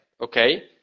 okay